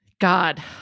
God